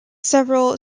several